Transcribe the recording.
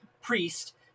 priest